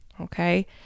Okay